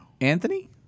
Anthony